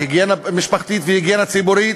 היגיינה משפחתית והיגיינה ציבורית.